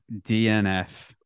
DNF